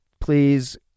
please